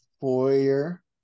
foyer